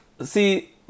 see